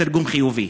התרגום חיובי.